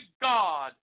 God